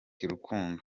rukundo